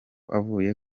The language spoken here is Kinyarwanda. avuye